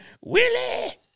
Willie